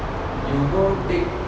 you go take